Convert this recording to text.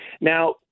Now